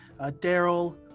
Daryl